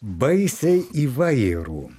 baisiai įvairų